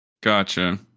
Gotcha